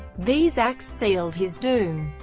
these acts sealed his doom.